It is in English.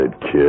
kid